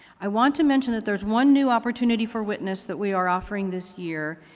i want to mention that there's one new opportunity for witness that we are offering this year,